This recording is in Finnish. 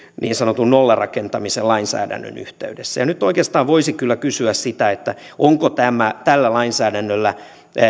niin sanotun nollarakentamisen lainsäädännön yhteydessä nyt oikeastaan voisi kyllä kysyä sitä onko tällä lainsäädännöllä